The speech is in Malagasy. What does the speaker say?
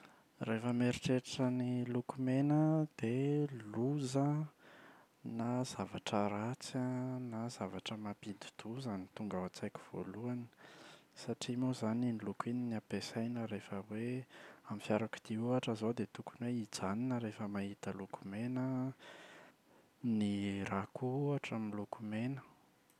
Rehefa mieritreritra ny loko mena aho dia loza an na zavatra ratsy an na zavatra mampidi-doza no tonga ao an-tsaiko voalohany. Satria moa izany iny loko iny no ampiasaina rehefa hoe amin’ny fiarakodia ohatra izao dia tokony hoe hijanona rehefa mahita loko mena an. Ny rà koa ohatra miloko mena.